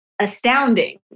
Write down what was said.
astounding